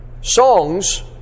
Songs